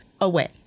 away